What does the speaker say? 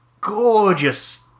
gorgeous